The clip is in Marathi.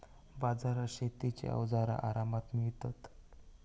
बाजारात शेतीची अवजारा आरामात मिळतत